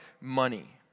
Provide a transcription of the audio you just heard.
money